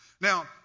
Now